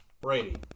Brady